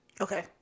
okay